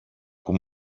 που